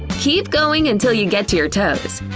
keep going until you get to your toes.